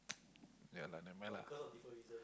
yeah lah never mind lah